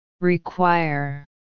Require